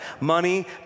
Money